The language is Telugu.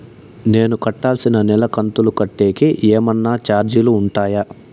నేను కట్టాల్సిన నెల కంతులు కట్టేకి ఏమన్నా చార్జీలు ఉంటాయా?